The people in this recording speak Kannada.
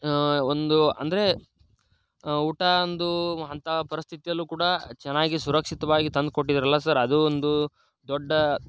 ಒಂದು ಅಂದರೆ ಊಟ ಅಂದೂ ಅಂತಹ ಪರಿಸ್ಥಿತಿಯಲ್ಲೂ ಕೂಡ ಚೆನ್ನಾಗಿ ಸುರಕ್ಷಿತವಾಗಿ ತಂದ್ಕೊಟ್ಟಿದ್ದರಲ್ಲ ಸರ್ ಅದೂ ಒಂದು ದೊಡ್ಡ